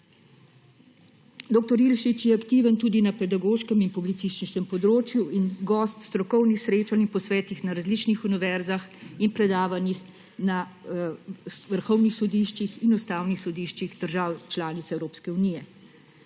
Dr. Ilešič je aktiven tudi na pedagoškem in publicističnem področju in gost strokovnih srečanj in posvetih na različnih univerzah in predavanjih na vrhovnih sodiščih in ustavnih sodiščih držav članice EU. Pred